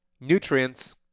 nutrients